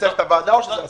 זה השר?